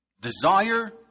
Desire